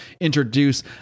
introduce